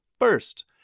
First